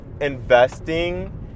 investing